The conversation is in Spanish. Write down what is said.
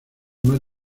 más